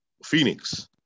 Phoenix